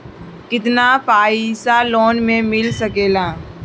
केतना पाइसा लोन में मिल सकेला?